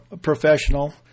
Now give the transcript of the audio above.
professional